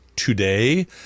today